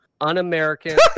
Un-American